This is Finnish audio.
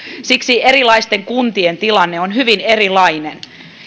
siksi erilaisten kuntien tilanne on hyvin erilainen